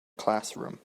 classroom